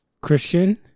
christian